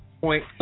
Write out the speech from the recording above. point